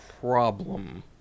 problem